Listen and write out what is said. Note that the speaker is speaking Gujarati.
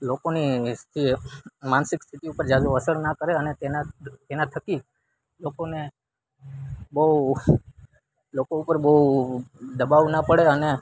લોકોની માનસિક સ્થિતિ ઊપર ઝાઝુ અસર ના કરે અને તેના થકી લોકોને બહુ લોકો ઉપર બહુ દબાવ ન પડે અને